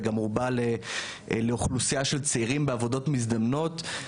וגם רובה לאוכלוסייה של צעירים בעבודות מזדמנות.